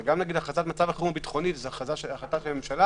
הרי גם הכרזת מצב חירום ביטחוני זו החלטה של הממשלה